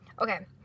Okay